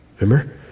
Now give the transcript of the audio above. Remember